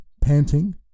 panting